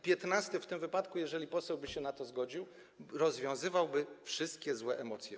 Piętnasty w tym wypadku, jeżeli poseł by się na to zgodził, powstrzymałby wszystkie złe emocje.